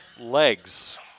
legs